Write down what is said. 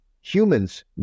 Humans